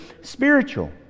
spiritual